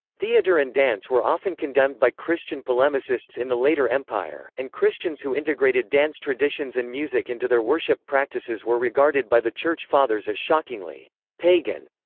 theatre and dance were often condemned by christian polemicists in the later empire, and christians who integrated dance traditions and music into their worship practices were regarded by the church fathers as shockingly pagan.